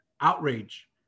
Outrage